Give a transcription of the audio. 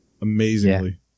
amazingly